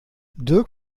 dirk